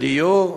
בדיור?